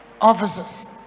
officers